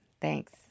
Thanks